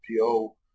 PO